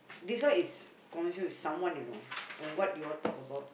this one is conversation with someone you know and what you all talk about